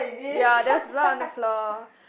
ya there's blood on the floor